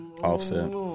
Offset